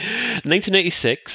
1986